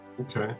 Okay